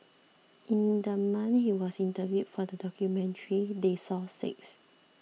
in the month he was interviewed for the documentary they saw six